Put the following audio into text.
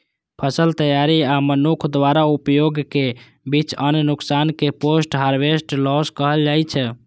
फसल तैयारी आ मनुक्ख द्वारा उपभोगक बीच अन्न नुकसान कें पोस्ट हार्वेस्ट लॉस कहल जाइ छै